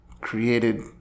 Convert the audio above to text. created